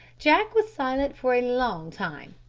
jack was silent for a long time.